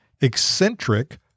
eccentric